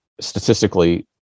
Statistically